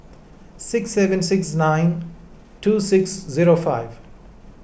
six seven six nine two six zero five